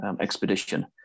expedition